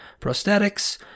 prosthetics